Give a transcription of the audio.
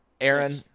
aaron